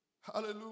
Hallelujah